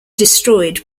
destroyed